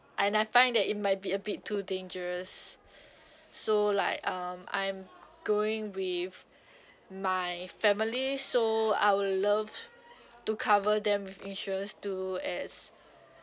and I find that it might be a bit too dangerous so like um I'm going with my family so I would love to cover them with insurance to as